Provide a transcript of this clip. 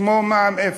שמו מע"מ אפס.